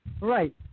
Right